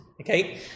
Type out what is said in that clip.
Okay